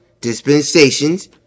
dispensations